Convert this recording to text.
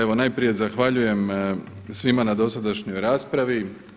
Evo najprije zahvaljujem svima na dosadašnjoj raspravi.